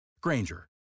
Granger